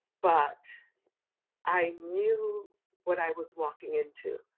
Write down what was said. but i knew what i was walking into.